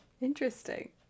Interesting